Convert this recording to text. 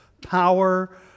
power